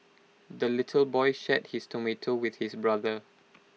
the little boy shared his tomato with his brother